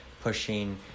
pushing